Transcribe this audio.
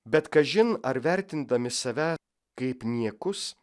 bet kažin ar vertindami save kaip niekus